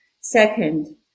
second